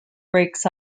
breaks